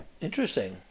interesting